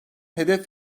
hedef